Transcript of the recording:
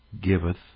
giveth